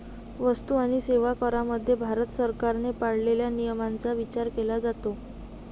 वस्तू आणि सेवा करामध्ये भारत सरकारने पाळलेल्या नियमांचा विचार केला जातो